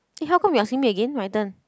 eh how come you asking me again my turn